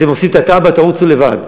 אתם עושים את התב"ע, תרוצו לבד.